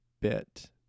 bit